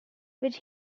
which